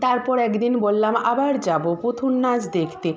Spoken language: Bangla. তারপর একদিন বললাম আবার যাব পুতুল নাচ দেখতে